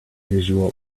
visual